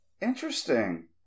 Interesting